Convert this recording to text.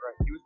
Right